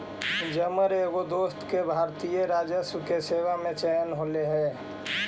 जमर एगो दोस्त के भारतीय राजस्व सेवा में चयन होले हे